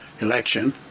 election